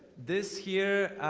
this here